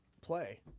play